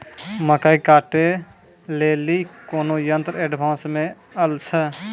मकई कांटे ले ली कोनो यंत्र एडवांस मे अल छ?